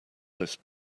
this